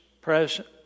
present